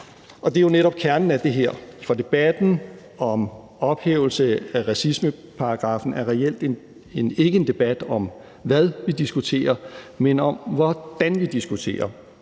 Det er jo netop kernen i det her, for debatten om ophævelse af racismeparagraffen er reelt ikke en debat om, hvad vi diskuterer, men om, hvordan vi diskuterer.